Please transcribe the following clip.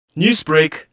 Newsbreak